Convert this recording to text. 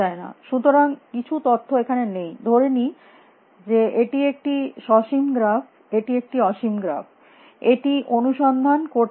সুতরাং কিছু তথ্য এখানে নেই ধরে নি যে এটি একটি সসীম গ্রাফ এটি একটি অসীম গ্রাফ এটি অনুসন্ধান করতেই থাকবে